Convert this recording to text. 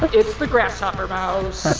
but it's the grasshopper mouse.